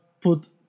put